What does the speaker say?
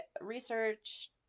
research